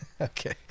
Okay